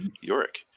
Yorick